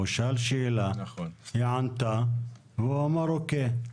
הוא שאל שאלה, היא ענתה, הוא אמר אוקיי.